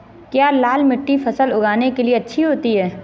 क्या लाल मिट्टी फसल उगाने के लिए अच्छी होती है?